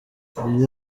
uyu